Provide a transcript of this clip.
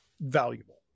valuable